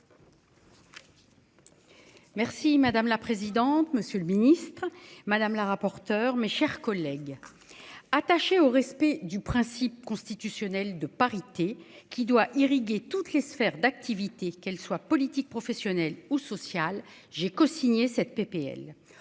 Merci madame la présidente, monsieur le ministre, madame la rapporteure, mes chers collègues. Attaché au respect du principe constitutionnel de parité qui doit irriguer toutes les sphères d'activités qu'elle soit politique professionnelle ou sociale, j'ai cosigné cette PPL